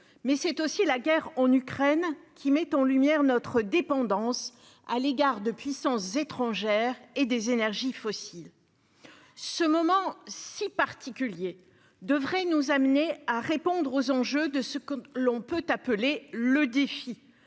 c'est aussi la guerre en Ukraine, qui met en lumière notre dépendance à l'égard de puissances étrangères et des énergies fossiles. Ce moment si particulier devrait nous amener à répondre aux enjeux de ce que l'on peut appeler le défi,